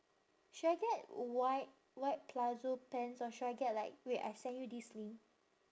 should I get white white palazzo pants or should I get like wait I send you this link